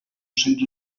cents